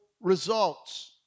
results